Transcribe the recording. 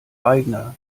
aigner